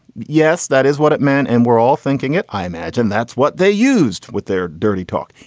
yes, that is what it meant. and we're all thinking it. i imagine that's what they used with their dirty talk.